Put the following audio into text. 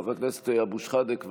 חבר הכנסת אבו שחאדה,